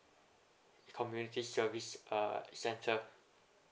community service uh centre